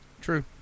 True